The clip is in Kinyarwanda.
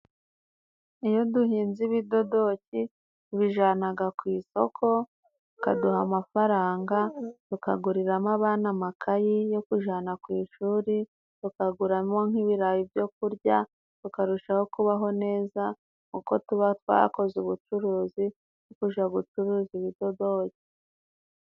Iyo duhinze ibidodoki tubijyana ku isoko, bakaduha amafaranga, tukaguriramo abana amakayi yo kujyana ku ishuri, tukaguramo nk'ibirayi byo kurya tukarushaho kubaho neza, kuko tuba twakoze ubucuruzi bwo kujya gucuruza ibidodoki.